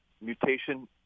mutation